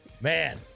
Man